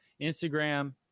Instagram